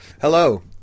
Hello